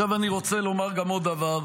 עכשיו, אני רוצה לומר עוד דבר,